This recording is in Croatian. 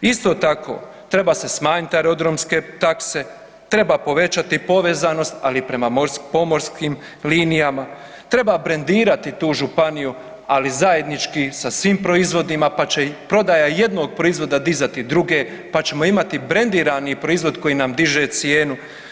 Isto tako, treba se smanjiti aerodromske takse, treba povećati povezanost ali i prema pomorskim linijama, treba brendirati tu županiju ali zajednički sa svim proizvodima pa će i prodaja jednog proizvoda dizati druge pa ćemo imati brendirani proizvod koji nam diže cijenu.